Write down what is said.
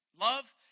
Love